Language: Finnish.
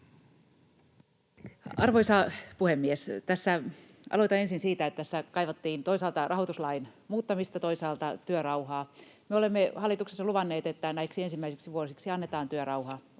Arvoisa puhemies! Aloitan ensin siitä, että tässä kaivattiin toisaalta rahoituslain muuttamista, toisaalta työrauhaa. Me olemme hallituksessa luvanneet, että näiksi ensimmäisiksi vuosiksi annetaan työrauha